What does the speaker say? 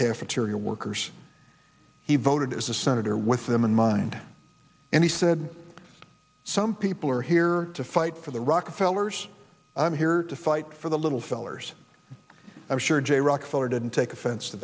cafeteria workers he voted as a senator with them in mind and he said some people are here to fight for the rockefeller's i'm here to fight for the little fellers i'm sure jay rockefeller didn't take offense to